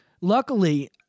luckily